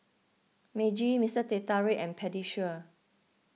Meiji Mister Teh Tarik and Pediasure